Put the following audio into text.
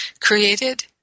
Created